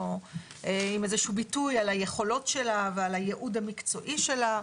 עם איזשהו ביטוי על היכולות שלה ועל הייעוד המקצועי שלה.